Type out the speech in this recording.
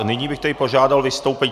Nyní bych tedy požádal o vystoupení...